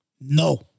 No